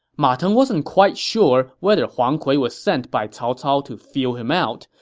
ma teng wasn't quite sure whether huang kui was sent by cao cao to feel him out,